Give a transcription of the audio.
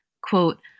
Quote